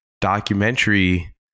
documentary